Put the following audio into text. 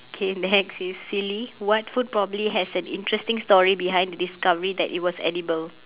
K next is silly what food probably has an interesting story behind the discovery that it was edible